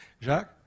Jacques